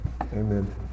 Amen